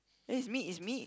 is me is me